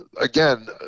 Again